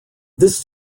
this